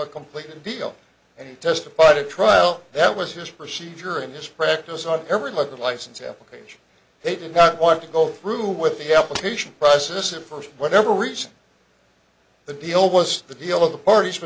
a complete deal and testified a trial that was his procedure and his practice on every level license application he did not want to go through with the application process and for whatever reason the deal was the deal of the parties